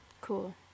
Cool